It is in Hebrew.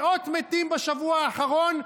מאות מתים בשבוע האחרון,